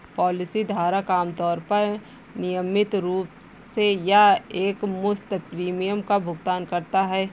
policy धारक आमतौर पर नियमित रूप से या एकमुश्त प्रीमियम का भुगतान करता है